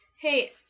hey